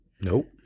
Nope